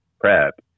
PrEP